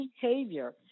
behavior